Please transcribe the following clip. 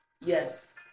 Yes